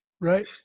Right